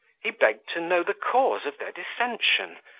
he begged to know the cause of their dissension,